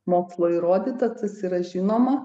mokslo įrodyta tas yra žinoma